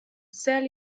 sell